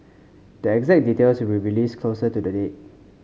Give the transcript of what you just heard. the exact details will be released closer to the date